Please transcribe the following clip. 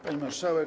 Pani Marszałek!